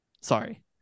Sorry